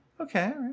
Okay